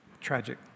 Tragic